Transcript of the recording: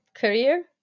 career